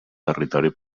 territori